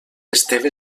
esteve